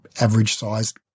average-sized